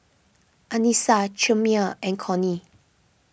Anissa Chimere and Cornie